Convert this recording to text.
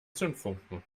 zündfunken